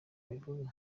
abivuga